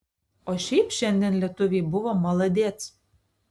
o šiaip šiandien lietuviai buvo maladėc